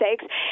sakes